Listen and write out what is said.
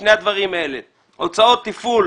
שני הדברים האלה - הוצאות תפעול